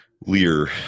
Lear